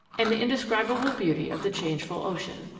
and the indescribable beauty of the changeful ocean.